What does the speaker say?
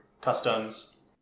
customs